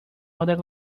other